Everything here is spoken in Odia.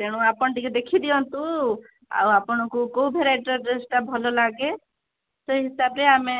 ତେଣୁ ଆପଣ ଟିକିଏ ଦେଖିଦିଅନ୍ତୁ ଆଉ ଆପଣଙ୍କୁ କେଉଁ ଭେରାଇଟିର ଡ୍ରେସଟା ଭଲ ଲାଗେ ସେଇ ହିସାବରେ ଆମେ